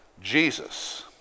Jesus